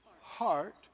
heart